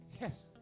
yes